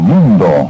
Mundo